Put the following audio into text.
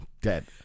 Dead